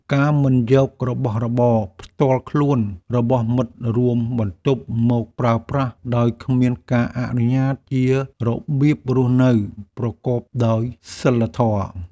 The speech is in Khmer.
ការមិនយករបស់របរផ្ទាល់ខ្លួនរបស់មិត្តរួមបន្ទប់មកប្រើប្រាស់ដោយគ្មានការអនុញ្ញាតជារបៀបរស់នៅប្រកបដោយសីលធម៌។